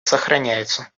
сохраняются